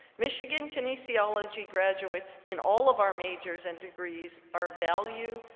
michigan kinesiology graduates in all of our majors and degrees are valued,